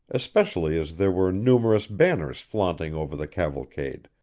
especially as there were numerous banners flaunting over the cavalcade,